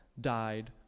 died